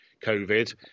COVID